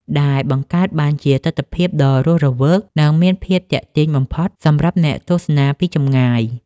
ដែលបង្កើតបានជាទិដ្ឋភាពដ៏រស់រវើក និងមានភាពទាក់ទាញបំផុតសម្រាប់អ្នកទស្សនាពីចម្ងាយ។